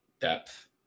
depth